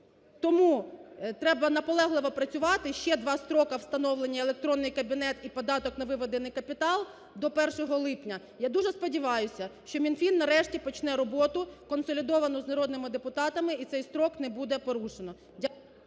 Тому треба наполегливо працювати, ще два строка встановлення електронний кабінет і податок на виведений капітал до 1 липня. Я дуже сподіваюся, що Мінфін нарешті почне роботу консолідовану з народними депутатами і цей строк не буде порушено.